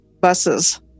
buses